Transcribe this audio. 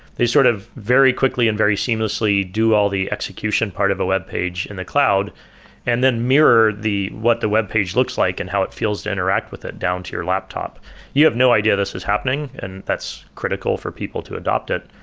they sort of very quickly and very seamlessly do all the execution part of a webpage in the cloud and then mirror what the webpage looks like and how it feels to interact with it down to your laptop you have no idea this is happening and that's critical for people to adopt it,